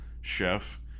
chef